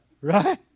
Right